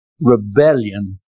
rebellion